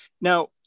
Now